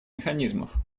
механизмов